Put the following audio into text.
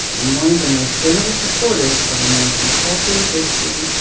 and one of the most generous supporters of american culture, history,